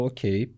Okay